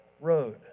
road